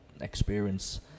experience